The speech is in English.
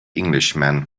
englishman